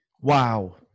Wow